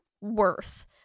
worth